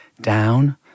down